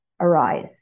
arise